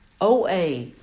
OA